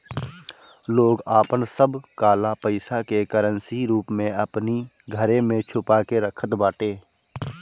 लोग आपन सब काला पईसा के करेंसी रूप में अपनी घरे में छुपा के रखत बाटे